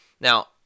Now